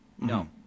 No